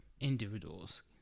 individuals